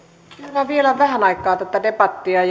käydään vielä vähän aikaa tätä debattia